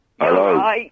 Hello